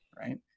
Right